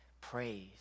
Praise